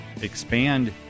expand